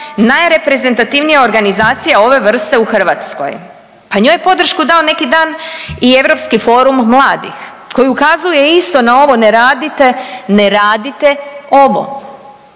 najreprezentativnija organizacija ove vrste u Hrvatskoj. Pa njoj podršku dao neki dan i Europski forum mladih koji ukazuje isto na ovo, ne radite, ne radi ovo.